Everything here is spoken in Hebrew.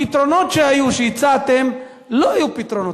הפתרונות שהיו, שהצעתם, לא היו פתרונות.